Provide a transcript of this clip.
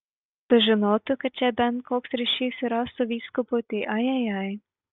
sužinotų kad čia bent koks ryšys yra su vyskupu tai ajajai